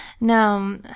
no